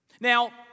Now